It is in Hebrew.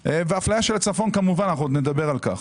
ואפליה של הצפון, כמובן, אנחנו עוד נדבר על כך.